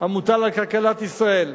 המוטל על כלכלת ישראל,